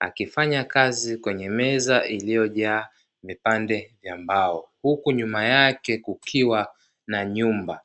akifanya kazi kwenye meza iliyojaa vipande vya mbao huku nyuma yake kukiwa na nyumba.